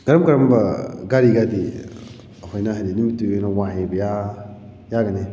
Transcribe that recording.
ꯀꯔꯝ ꯀꯔꯝꯕ ꯒꯥꯔꯤꯒꯗꯤ ꯑꯩꯈꯣꯏꯅ ꯍꯥꯏꯕꯗꯤ ꯅꯨꯃꯤꯠꯇꯨꯒꯤ ꯑꯣꯏꯅ ꯋꯥꯏꯕ ꯌꯥꯒꯅꯤ